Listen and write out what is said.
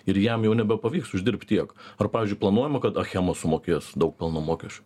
ir jam jau nebepavyks uždirbt tiek ar pavyzdžiui planuojama kad achema sumokės daug pelno mokesčių